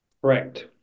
Correct